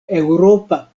eŭropa